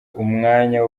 umwanya